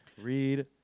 Read